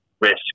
risk